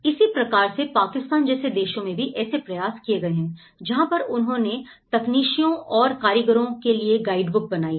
इसी प्रकार से पाकिस्तान जैसे देशों में भी ऐसे प्रयास किए गए हैं जहां पर उन्होंने तकनीशियनों और कारीगरों के लिए गाइडबुक बनाई है